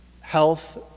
health